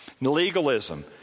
Legalism